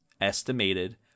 estimated